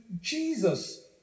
Jesus